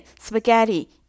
spaghetti